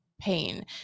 pain